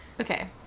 Okay